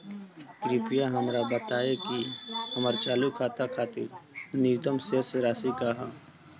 कृपया हमरा बताइं कि हमर चालू खाता खातिर न्यूनतम शेष राशि का ह